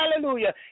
hallelujah